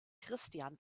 christian